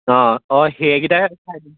অঁ অঁ সেইকেইটা